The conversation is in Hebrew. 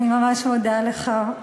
אני ממש מודה לך,